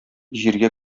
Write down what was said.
җиргә